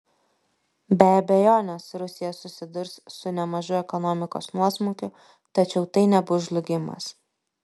be abejonės rusija susidurs su nemažu ekonomikos nuosmukiu tačiau tai nebus žlugimas